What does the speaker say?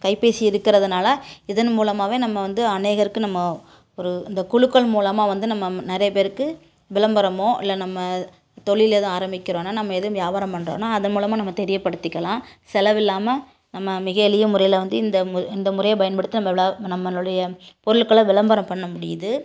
கைப்பேசி இருக்கிறதுனால இதன் மூலமாகவே நம்ம வந்து அனைவருக்கும் நம்ம ஒரு இந்த குழுக்கள் மூலமாக வந்து நம்ம நிறைய பேர்க்கு விளம்பரமோ இல்லை நம்ம தொழில் எதுவும் ஆரம்பிக்கிறோம்னா நம்ம எதுவும் வியாபாரம் பண்றோம்னா அதன் மூலம் நம்ம தெரியப்படுத்திக்கலாம் செலவில்லாமல் நம்ம மிக எளிய முறையில் வந்து இந்த மு இந்த முறையை பயன்படுத்தி நம்ப விழாவை நம்மளுடைய பொருட்களை விளம்பரம் பண்ண முடியுது